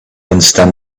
understand